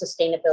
sustainability